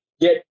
get